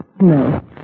No